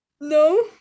no